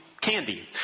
candy